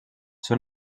són